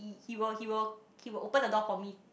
he will he will he will open the door for me